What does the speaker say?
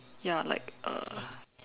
ya like uh